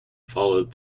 followed